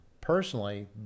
personally